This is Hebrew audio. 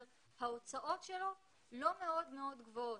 ההוצאות שלו לא מאוד מאוד גבוהות.